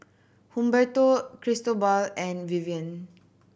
Humberto Cristobal and Vivian